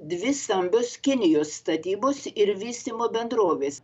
dvi stambios kinijos statybos ir vystymo bendrovės